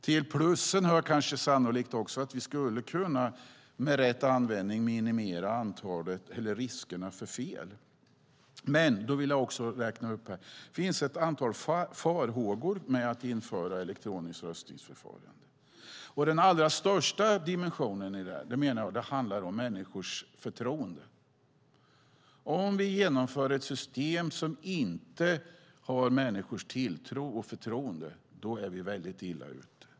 Till plusen hör sannolikt också att vi med rätt användning skulle kunna minimera riskerna för fel. Det finns dock ett antal farhågor när det gäller att införa elektroniskt röstningsförfarande. Främst handlar det om människors förtroende. Om vi inför ett system som människor inte litar på och känner förtroende för är vi illa ute.